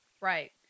Right